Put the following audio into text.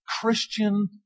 Christian